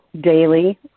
daily